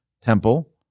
temple